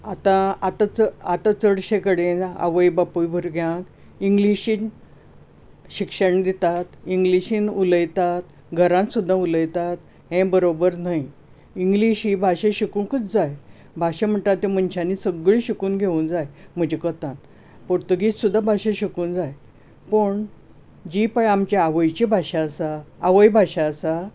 आतां आतां चड आतां चडशे कडेन आवय बापूय भुरग्यांक इंग्लीशीन शिक्षण दितात इंग्लीशीन उलयतात घरान सुद्दां उलयतात हें बरोबर न्हय इंग्लीश ही भाशा शिकुंकूच जाय भाशा म्हणटा ते मनशांनी सगळी शिकून घेवंकग जाय म्हजे कोतान पोर्तुगीज सुद्दां भाशा शिकुंक जाय पूण जी पय आमची आवयची भाशा आसा आवय भाशा आसा